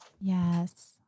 Yes